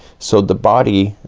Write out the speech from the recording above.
so the body,